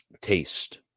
taste